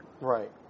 Right